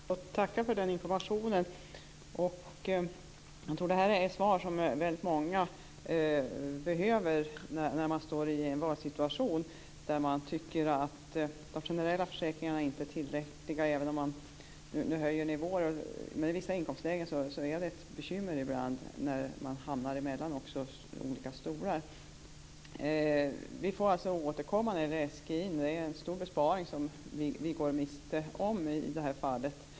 Herr talman! Jag får tacka för den informationen. Jag tror att det här är ett svar som väldigt många behöver när de står i en valsituation, när de generella försäkringarna inte är tillräckliga även om nivåerna nu höjs. I vissa inkomstlägen blir det ibland ett bekymmer när man hamnar mellan olika stolar. Vi får återkomma till SGI:n. Det är en stor besparing vi går miste om i det här fallet.